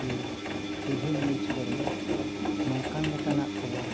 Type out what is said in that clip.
ᱠᱤ ᱠᱚᱨᱮ ᱱᱚᱝᱠᱟᱱ ᱞᱮᱠᱟᱱᱟᱜ ᱠᱷᱚᱵᱚᱨ